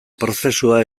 prozesua